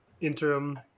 interim